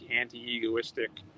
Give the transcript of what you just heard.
anti-egoistic